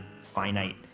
finite